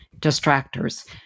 distractors